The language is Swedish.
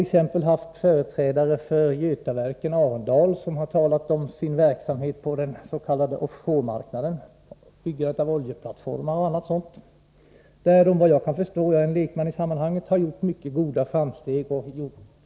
a. har företrädare för Götaverken Arendal talat om bolagets offshore-verksamhet, byggande av oljeplattformar och annat, där man enligt vad jag förstår — jag är lekman på det området — gjort mycket goda framsteg.